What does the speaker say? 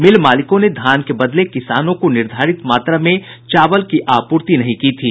मिल मालिकों ने धान के बदले किसानों को निर्धारित मात्रा में चावल की आप्रर्ति नहीं की थी